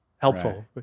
Helpful